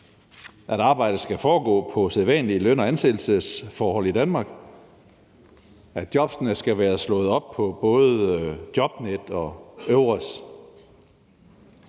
at arbejdet skal foregå på sædvanlige løn- og ansættelsesforhold i Danmark, og at jobbene skal være slået op på både Jobnet og EURES.